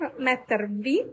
mettervi